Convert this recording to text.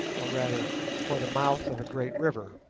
or, rather, for the mouth of a great river.